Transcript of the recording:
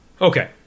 Okay